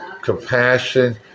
compassion